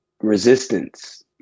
resistance